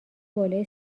بالا